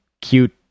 Cute